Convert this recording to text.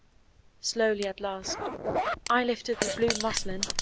slowly at last i lifted the blue muslin,